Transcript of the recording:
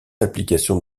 application